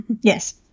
Yes